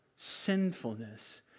Sinfulness